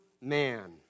man